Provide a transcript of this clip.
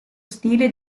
stile